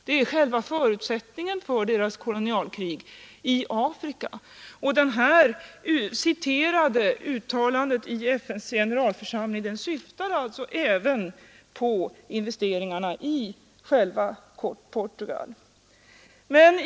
Det är själva förutsättningen för Portugals kolonialkrig i Afrika. Det från FN:s generalförsamling citerade uttalandet syftar alltså även på investeringarna i själva Portugal.